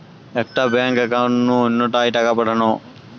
একটা bank account নু অন্য টায় টাকা পাঠানো